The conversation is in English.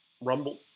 Rumble